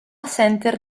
center